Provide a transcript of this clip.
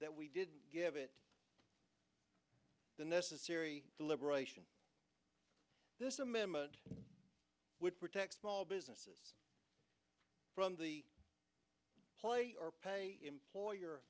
that we didn't give it the necessary deliberation this amendment would protect small businesses from the play or pay employer